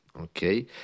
okay